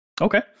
Okay